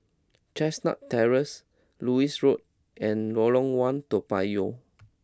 Chestnut Terrace Lewis Road and Lorong One Toa Payoh